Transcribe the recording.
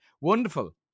Wonderful